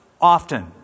often